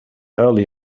early